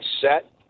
set